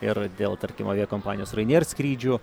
ir dėl tarkim aviakompanijos rainier skrydžių